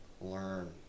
learn